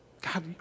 God